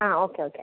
ആ okay okay